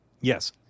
yes